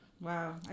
Wow